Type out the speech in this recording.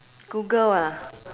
google ah